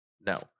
No